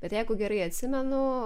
bet jeigu gerai atsimenu